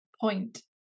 point